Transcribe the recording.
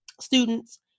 students